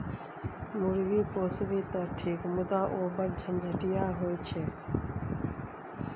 मुर्गी पोसभी तँ ठीक मुदा ओ बढ़ झंझटिया होए छै